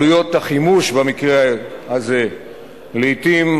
עלויות החימוש במקרה הזה הן לעתים